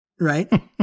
Right